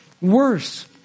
worse